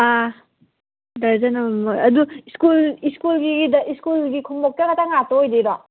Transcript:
ꯑꯥ dozen ꯑꯃ ꯑꯗꯨ school ꯁ꯭ꯀꯨꯜꯒꯤ ꯈꯣꯡꯎꯞꯇ ꯉꯥꯛꯇ ꯑꯣꯏꯗꯣꯏꯔꯣ